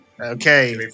Okay